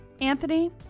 Anthony